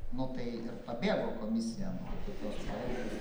nu tai ir pabėgo komisija nuo tokios poezijos